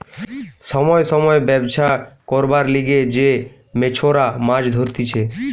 সময় সময় ব্যবছা করবার লিগে যে মেছোরা মাছ ধরতিছে